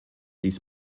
dies